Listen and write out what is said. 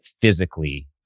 physically